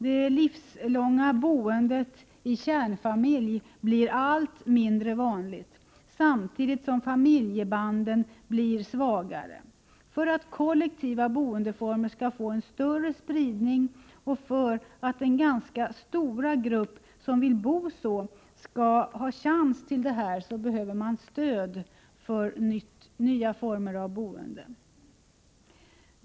Det livslånga boendet i kärnfamilj blir allt mindre vanligt, samtidigt som familjebanden blir svagare. För att kollektiva boendeformer skall få en större spridning och för att den ganska stora grupp som vill bo så skall få chans till detta behövs stöd för nya former av boende.